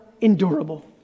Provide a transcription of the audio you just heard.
endurable